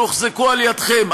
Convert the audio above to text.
שהוחזקו בידיכם,